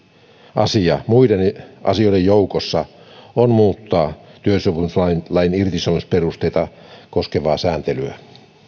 asia muiden asioiden joukossa on muuttaa työsopimuslain irtisanomisperusteita koskevaa sääntelyä